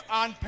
on